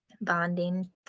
bonding